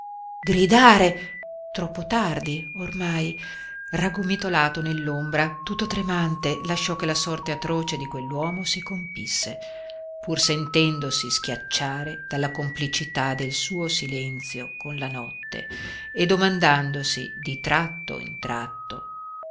gridare troppo tardi ormai raggomitolato nell'ombra tutto tremante lasciò che la sorte atroce di quell'uomo si compisse pur sentendosi schiacciare dalla complicità del suo silenzio con la notte e domandandosi di tratto in tratto